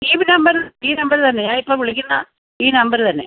ഈ നമ്പർ ഈ നമ്പർ തന്നെ ഞാൻ ഇപ്പം വിളിക്കുന്ന ഈ നമ്പർ തന്നെ